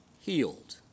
healed